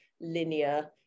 linear